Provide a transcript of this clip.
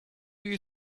you